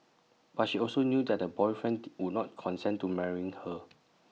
but she also knew that the boyfriend would not consent to marrying her